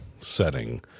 setting